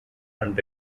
and